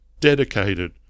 Dedicated